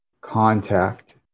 contact